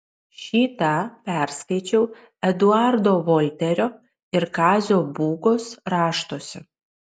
šį tą perskaičiau eduardo volterio ir kazio būgos raštuose